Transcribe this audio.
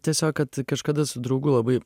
tiesiog kad kažkada su draugu labai